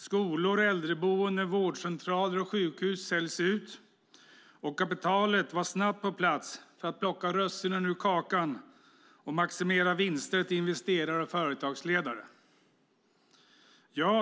Skolor, äldreboenden, vårdcentraler och sjukhus säljs ut, och kapitalet var snabbt på plats för att plocka russinen ur kakan och maximera vinster till investerare och företagsledare.